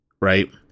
right